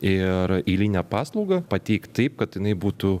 ir eilinę paslaugą pateikt taip kad jinai būtų